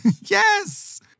Yes